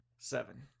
Seven